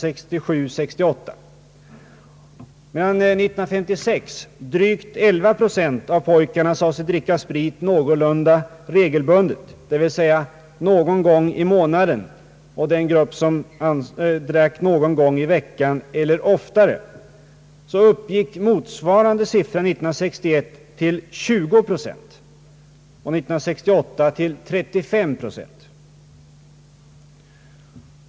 Medan år 1956 drygt 11 procent av pojkarna sade sig dricka sprit någorlunda regelbundet, dvs. någon gång i månaden resp. någon gång i veckan eller oftare, uppgick motsvarande siffra år 1961 till 20 procent och år 1968 till 35 procent.